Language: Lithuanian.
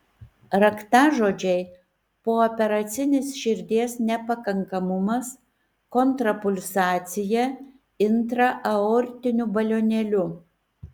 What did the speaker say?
raktažodžiai pooperacinis širdies nepakankamumas kontrapulsacija intraaortiniu balionėliu